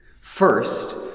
First